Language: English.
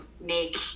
make